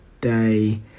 day